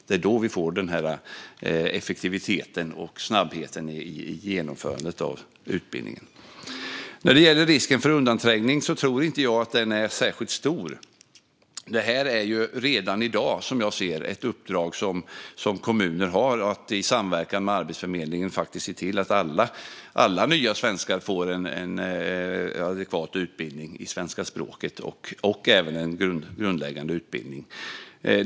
Det är då vi får effektiviteten och snabbheten i genomförandet av utbildningen. Jag tror inte att risken för undanträngning är särskilt stor. Det här är redan i dag, som jag ser det, ett uppdrag som kommuner har: att i samverkan med Arbetsförmedlingen se till att alla nya svenskar får en adekvat utbildning i svenska språket och även en grundläggande utbildning.